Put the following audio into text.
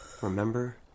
Remember